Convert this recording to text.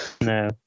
No